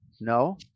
no